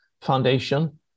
Foundation